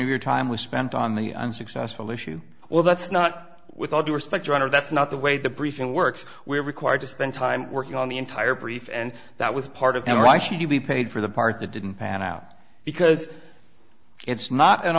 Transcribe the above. of your time was spent on the unsuccessful issue well that's not with all due respect your honor that's not the way the briefing works we are required to spend time working on the entire brief and that was part of the rush to be paid for the part that didn't pan out because it's not an